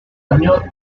año